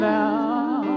now